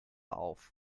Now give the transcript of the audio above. auf